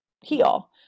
heal